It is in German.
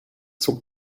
zog